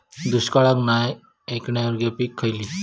दुष्काळाक नाय ऐकणार्यो पीका खयली?